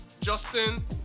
Justin